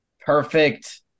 perfect